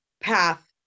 path